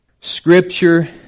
Scripture